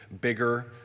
bigger